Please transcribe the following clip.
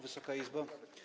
Wysoka Izbo!